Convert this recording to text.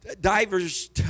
divers